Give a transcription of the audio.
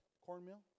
cornmeal